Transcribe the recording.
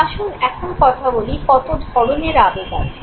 আসুন এখন কথা বলি কত ধরনের আবেগ আছে